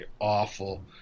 awful